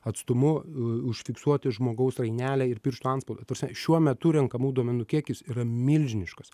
atstumu užfiksuoti žmogaus rainelę ir pirštų antspaudą ta prasme šiuo metu renkamų duomenų kiekis yra milžiniškas